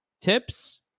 tips